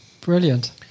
Brilliant